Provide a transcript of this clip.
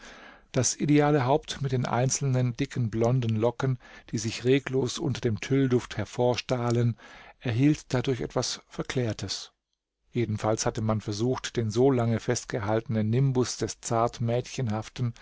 das ideale haupt mit den einzelnen dicken blonden locken die sich regellos unter dem tüllduft hervorstahlen erhielt dadurch etwas verklärtes jedenfalls hatte man versucht den so lange festgehaltenen nimbus des zart